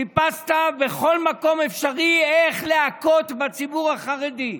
חיפשת בכל מקום אפשרי איך להכות בציבור החרדי,